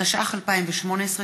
התשע"ח 2018,